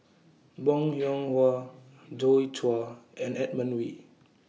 Bong Hiong Hwa Joi Chua and Edmund Wee